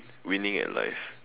winning at life